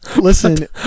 Listen